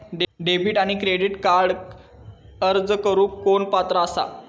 Debit आणि credit कार्डक अर्ज करुक कोण पात्र आसा?